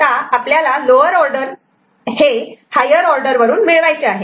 आता आपल्याला lower order हे हायर ऑर्डर वरून मिळवायचे आहे